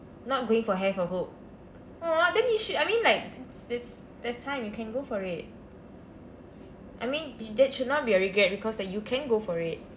not going for hair for hope !aww! then you should I mean like there's there's time you can go for it I mean that should not be your regret because like you can go for it